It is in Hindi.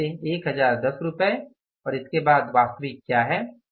फिर से 1010 रुपये और इसके बाद वास्तविक क्या है